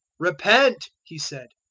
repent, he said,